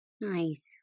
Nice